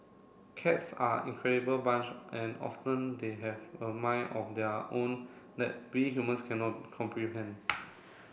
cats are incredible bunch and often they have a mind of their own that we humans can not comprehend